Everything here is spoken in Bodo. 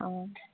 औ